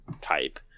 type